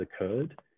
occurred